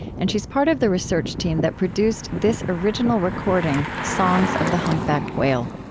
and she's part of the research team that produced this original recording, songs of the humpback whale.